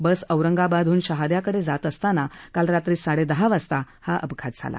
बस औरंगाबादहन शहाद्याकडे जात असताना काल रात्री साडेदहा वाजता हा अपघात झाला